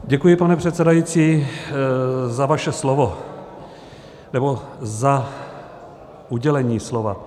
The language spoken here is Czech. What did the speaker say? Děkuji, pane předsedající, za vaše slovo nebo za udělení slova.